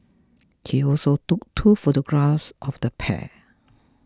he also took two photographs of the pair